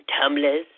tumblers